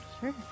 Sure